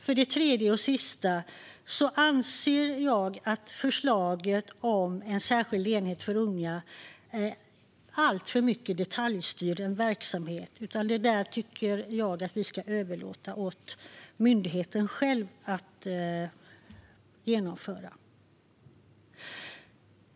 För det tredje och sista anser jag att förslaget om en särskild enhet för unga skulle innebära alltför mycket detaljstyrning av en verksamhet. Det där tycker jag att vi ska överlåta åt myndigheten själv att genomföra.